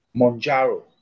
Monjaro